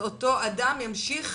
ואותו אדם ימשיך?